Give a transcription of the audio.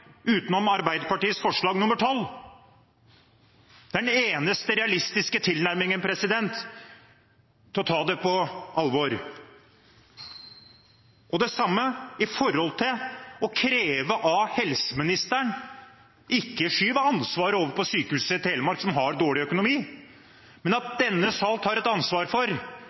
utenom Arbeiderpartiets forslag nr. 12? Det er den eneste realistiske tilnærmingen til det å ta det på alvor. Det samme gjelder det å kreve av helseministeren at han ikke skyver ansvaret over på Sykehuset Telemark, som har dårlig økonomi – men at denne sal tar et ansvar for